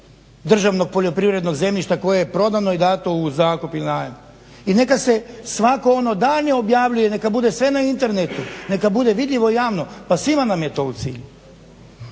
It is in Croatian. državnog poljoprivrednog zemljišta koje je prodano i dato u zakup ili najam i neka se svako ono daljnje objavljuje neka bude sve na internetu, neka bude vidljivo i javno, pa svima nam je to u cilju.